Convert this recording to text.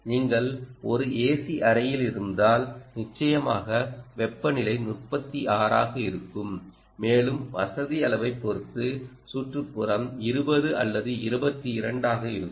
நீங்கள் ஒரு ஏசி அறையில் இருந்தால் நிச்சயமாக வெப்பநிலை 36 ஆக இருக்கும் மேலும் வசதி அளவைப் பொறுத்து சுற்றுப்புறம் 20 அல்லது 22 ஆக இருக்கும்